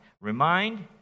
remind